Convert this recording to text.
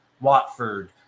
Watford